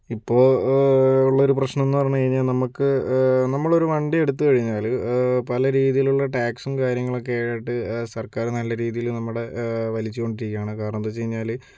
ഇപ്പൊൾ ഉള്ളൊരു പ്രശ്നംന്ന് പറഞ്ഞ് കഴിഞ്ഞാ നമുക്ക് നമ്മളൊരു വണ്ടി എടുത്ത് കഴിഞ്ഞാല് പല രീതിലുള്ള ടാക്സും കാര്യങ്ങളൊക്കെ ആയിട്ട് സർക്കാര് നല്ല രീതില് നമ്മുടെ വലിച്ചുകൊണ്ടിരിക്കാണ് കാരണം എന്താന്ന് വച്ച് കഴിഞ്ഞാല്